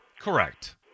Correct